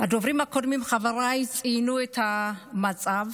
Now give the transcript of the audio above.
הדוברים הקודמים, חבריי, ציינו את המצב.